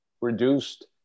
reduced